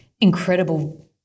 incredible